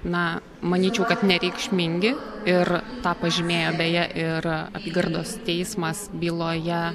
na manyčiau kad nereikšmingi ir tą pažymėjo beje ir apygardos teismas byloje